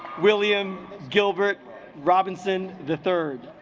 william gilbert robinson the third